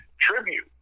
tribute